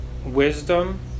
wisdom